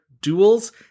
duels